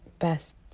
best